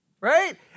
right